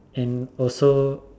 and also